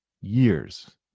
Years